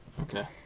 Okay